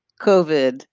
COVID